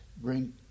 bring